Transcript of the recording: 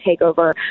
takeover